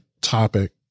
topic